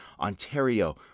Ontario